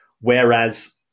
Whereas